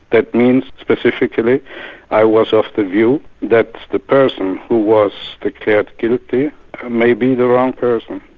that means specifically i was of the view that the person who was declared guilty may be the wrong person,